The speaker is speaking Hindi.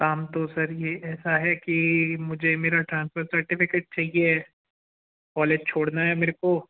काम तो सर ये ऐसा है कि मुझे मेरा ट्रांसफ़र सर्टिफ़िकेट चाहिए है कॉलेज छोड़ना है मेरे को